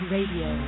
Radio